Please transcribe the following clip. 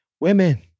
women